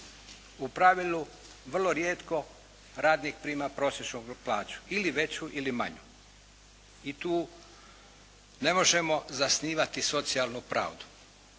U pravilu vrlo rijetko radnik prima prosječnu plaću. Ili veću ili manju. I tu ne možemo zasnivati socijalnu pravdu,